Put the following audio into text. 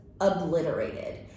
obliterated